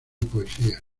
poesía